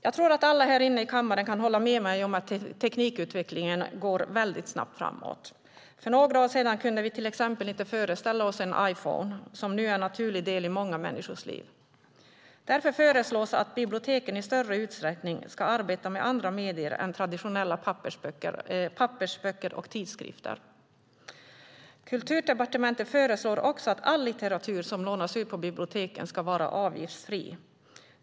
Jag tror att alla här inne i kammaren kan hålla med mig om att teknikutvecklingen går väldigt snabbt framåt. För några år sedan kunde vi till exempel inte föreställa oss en Iphone, som nu är en naturlig del i många människors liv. Därför föreslås att biblioteken i större utsträckning ska arbeta med andra medier än traditionella pappersböcker och tidskrifter. Kulturdepartementet föreslår också att all litteratur som lånas ut på biblioteken ska vara avgiftsfri.